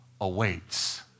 awaits